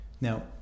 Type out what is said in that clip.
Now